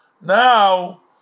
now